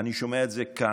אני שומע את זה כאן: